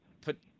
put